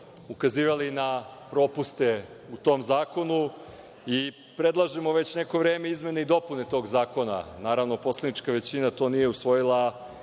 ukazivali na propuste u tom zakonu i predlažemo već neko vreme izmene i dopune tog zakona. Naravno, poslanička većina to nije usvojila